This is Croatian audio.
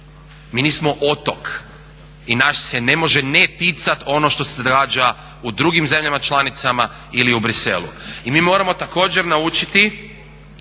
Mi nismo otok i nas se ne može ne ticati ono što se događa u drugim zemljama članicama ili u Bruxellesu. I mi moramo također naučiti